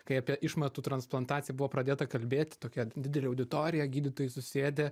kai apie išmatų transplantaciją buvo pradėta kalbėti tokia didelė auditorija gydytojai susėdę